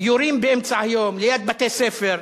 יורים באמצע היום ליד בתי-ספר,